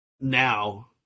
now